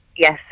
Yes